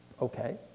Okay